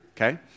okay